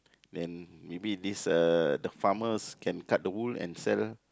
then maybe this uh the farmers can cut the wool and sell